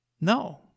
No